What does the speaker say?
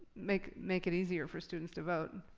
make make it easier for students to vote.